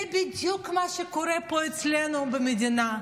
זה בדיוק מה שקורה פה אצלנו במדינה.